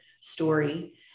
story